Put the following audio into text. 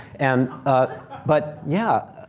and but, yeah,